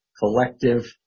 collective